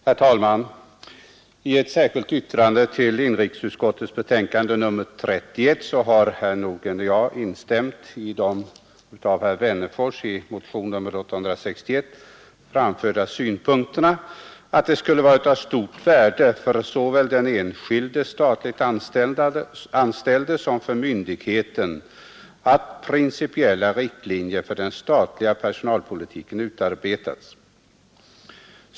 Herr talman! I ett särskilt yttrande till inrikesutskottets betänkande nr 31 har herr Nordgren och jag instämt i de av herr Wennerfors i motion 861 framförda synpunkterna att det skulle vara till stort värde för såväl den enskilde statligt anställde som för myndigheten att principiella riktlinjer för den statliga personalpolitiken utarbetades.